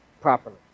properly